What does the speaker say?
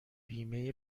بیمه